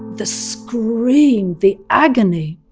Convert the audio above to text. the scream, the agony,